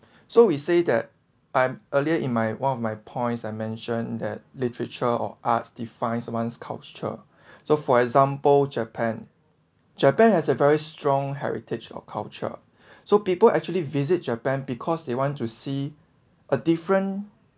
so we say that I'm earlier in my one of my points I mention that literature or arts defined someone's culture so for example japan japan has a very strong heritage or culture so people actually visit japan because they want to see a different